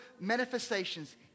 manifestations